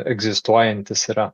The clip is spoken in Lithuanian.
egzistuojantys yra